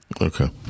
Okay